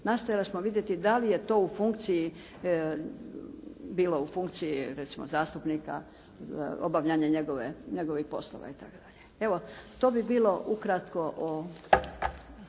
Nastojali smo vidjeti da li je to u funkciji, bilo u funkciji recimo zastupnika obavljanje njegovih poslova itd. Evo to bi bilo ukratko o